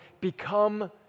become